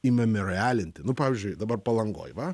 įmemiorialinti nu pavyzdžiui dabar palangoj va